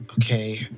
Okay